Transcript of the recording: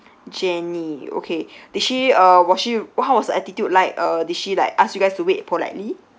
jenny okay did she uh was she how was her attitude like uh did she like ask you guys to wait politely